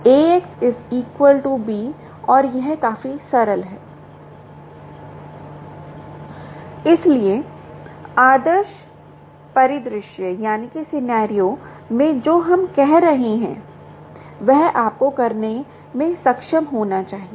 Ax B और यह काफी सरल है इसलिए आदर्श परिदृश्य में जो हम कह रहे हैं वह आपको करने में सक्षम होना चाहिए